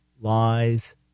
lies